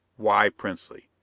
why princely?